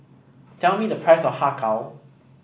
tell me the price of Har Kow